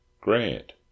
Grant